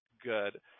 good